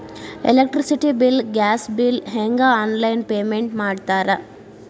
electricity bill gas bill ಹೆಂಗ online payment ಮಾಡ್ತಾರಾ